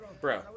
Bro